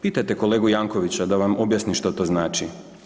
Pitajte kolegu Jankovicsa da vam objasni što to znači.